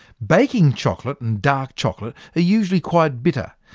baking chocolate and dark chocolate are usually quite bitter,